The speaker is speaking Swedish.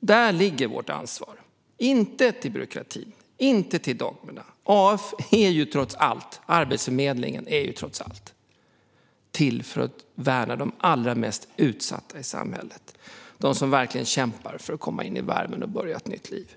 Där ligger vårt ansvar, inte i byråkratin och inte i dogmerna. Arbetsförmedlingen är trots allt till för att värna de allra mest utsatta i samhället, de som verkligen kämpar för att komma in i värmen och börja ett nytt liv.